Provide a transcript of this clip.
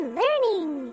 learning